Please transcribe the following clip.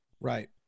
Right